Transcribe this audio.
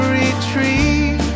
retreat